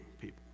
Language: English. people